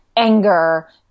Anger